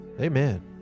Amen